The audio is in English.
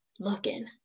looking